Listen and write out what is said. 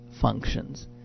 functions